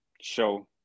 show